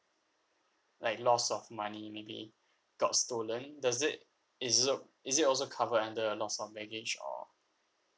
like loss of money maybe got stolen does it is it al~ is it also covered under loss of baggage or